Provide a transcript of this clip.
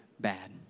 bad